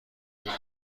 باور